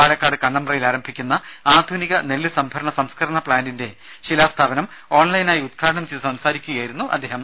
പാലക്കാട് കണ്ണമ്പ്രയിൽ ആരംഭിക്കുന്ന ആധുനിക നെല്ല് സംഭരണ സംസ്കരണ പ്ലാന്റിന്റെ ശിലാസ്ഥാപനം ഓൺലൈനായി ഉദ്ഘാടനം ചെയ്ത് സംസാരിക്കുകയായിരുന്നു അദ്ദേഹം